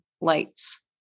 lights